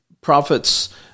prophets